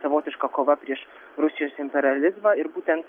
savotiška kova prieš rusijos imperializmą ir būtent